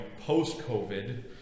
post-COVID